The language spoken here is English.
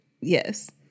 yes